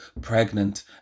pregnant